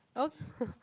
oh